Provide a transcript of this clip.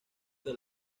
que